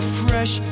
fresh